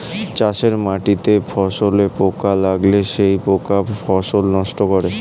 চাষের মাটিতে ফসলে পোকা লাগলে সেই পোকা ফসল নষ্ট করে